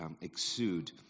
exude